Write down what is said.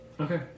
Okay